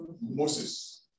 Moses